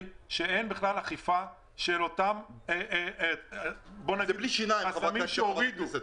שאין בכלל אכיפה של אותם חסמים שהורידו.